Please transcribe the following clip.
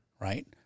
right